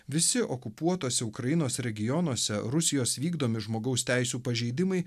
visi okupuotose ukrainos regionuose rusijos vykdomi žmogaus teisių pažeidimai